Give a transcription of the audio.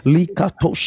Likato